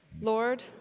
Lord